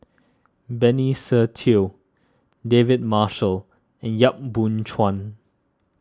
Benny Se Teo David Marshall and Yap Boon Chuan